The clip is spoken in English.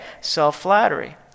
self-flattery